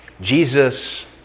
Jesus